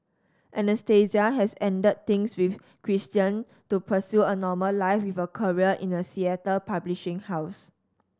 Anastasia has ended things with Christian to pursue a normal life with a career in a Seattle publishing house